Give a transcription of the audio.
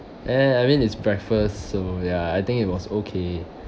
and I mean it's breakfast so ya I think it was okay